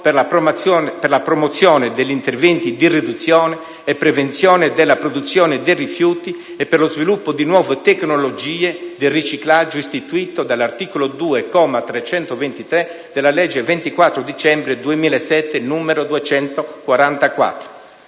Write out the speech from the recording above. per la promozione degli interventi di riduzione e prevenzione della produzione dei rifiuti e per lo sviluppo di nuove tecnologie di riciclaggio, istituito dall'articolo 2, comma 323, della legge 24 dicembre 2007, n. 244.